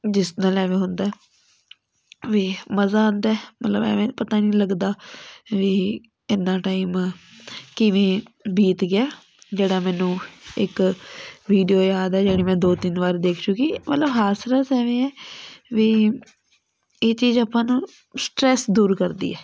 ਜਿਸ ਨਾਲ ਐਵੇਂ ਹੁੰਦਾ ਵੀ ਮਜ਼ਾ ਆਉਂਦਾ ਮਤਲਬ ਐਵੇਂ ਪਤਾ ਨਹੀਂ ਲੱਗਦਾ ਵੀ ਇੰਨਾ ਟਾਈਮ ਕਿਵੇਂ ਬੀਤ ਗਿਆ ਜਿਹੜਾ ਮੈਨੂੰ ਇੱਕ ਵੀਡੀਓ ਯਾਦ ਹੈ ਜਿਹੜੀ ਮੈਂ ਦੋ ਤਿੰਨ ਵਾਰ ਦੇਖ ਚੁੱਕੀ ਮਤਲਬ ਹਾਸ ਰਸ ਐਵੇਂ ਹੈ ਵੀ ਇਹ ਚੀਜ਼ ਆਪਾਂ ਨੂੰ ਸਟਰੈਸ ਦੂਰ ਕਰਦੀ ਹੈ